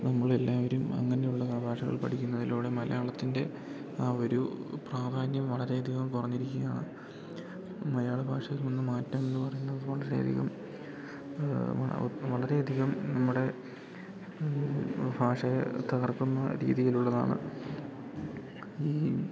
നമ്മളെല്ലാവരും അങ്ങനെയുള്ള ഭാഷകൾ പഠിക്കുന്നതിലൂടെ മലയാളത്തിൻ്റെ ആ ഒരു പ്രാധാന്യം വളരെയധികം കുറഞ്ഞിരിക്കുകയാണ് മലയാളഭാഷയിൽ വന്ന മാറ്റമെന്ന് പറയുന്നത് വളരെയധികം വളരെയധികം നമ്മുടെ ഭാഷയെ തകർക്കുന്ന രീതിയിലുള്ളതാണ് ഈ